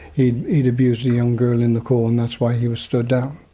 he'd he'd abused a young girl in the corps and that's why he was stood down.